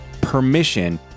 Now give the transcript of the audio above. permission